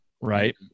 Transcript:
Right